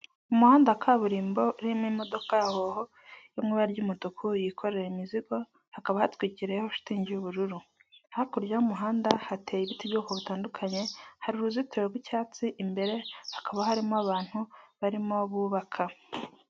Umuhanda wa kaburimbo urimo imodokaho ya hoho ry'umutuku. Yikorera imizigo, hakaba hatwikiyeho shitingi y'ubururu. Hakurya y'umuhanda, hateye ibiti bwoko butandukanye. Hari uruzitiro rw'icyatsi, imbere hakaba harimo abantu barimo bubaka.